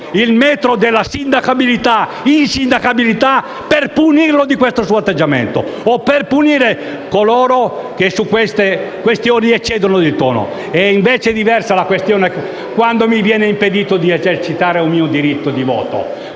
il metro della sindacabilità o dell'insindacabilità per punirlo di questo suo atteggiamento o per punire coloro che su queste questioni eccedono di tono. È invece diversa la questione quando mi viene impedito di esercitare il mio diritto di voto,